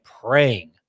praying